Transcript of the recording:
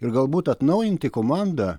ir galbūt atnaujinti komandą